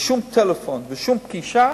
ושום טלפון ושום פגישה